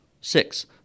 six